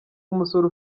umusore